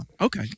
Okay